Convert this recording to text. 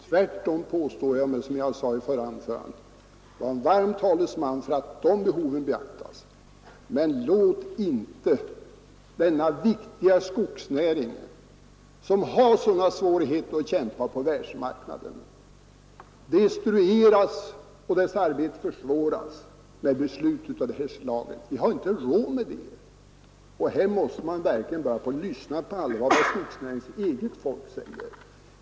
Tvärtom påstår jag mig, som jag sade i det förra anförandet, vara en varm talesman för att de behoven beaktas. Men låt inte denna viktiga skogsnäring, som har sådana svårigheter att kämpa med på världsmarknaden, destrueras och låt inte dess arbete försvåras genom beslut av det här slaget! Vi har inte råd med det. Och här måste man verkligen på allvar börja lyssna på vad skogsnäringens eget folk säger.